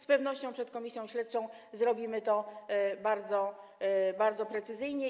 Z pewnością przed komisją śledczą zrobimy to bardzo precyzyjnie.